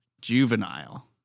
juvenile